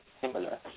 similar